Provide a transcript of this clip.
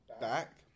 back